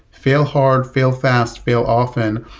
fail hard, fail fast, fail often,